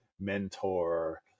mentor